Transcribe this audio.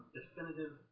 definitive